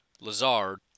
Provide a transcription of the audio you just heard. Lazard